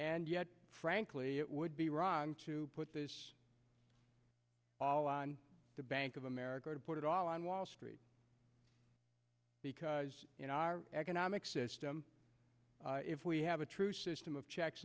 and yet frankly it would be wrong to put on the bank of america to put it all on wall street because in our economic system if we have a true system of checks